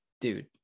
dude